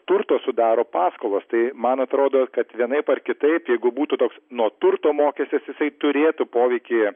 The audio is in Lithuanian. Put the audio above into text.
turto sudaro paskolos tai man atrodo kad vienaip ar kitaip jeigu būtų toks nuo turto mokestis jisai turėtų poveikį